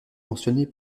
mentionnée